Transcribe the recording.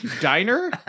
diner